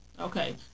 Okay